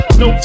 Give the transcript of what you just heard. no